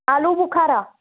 आलू बुखारा